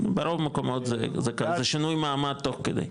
כן, ברוב המקומות, זה שינוי מעמד תוך כדי.